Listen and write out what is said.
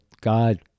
God